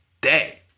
day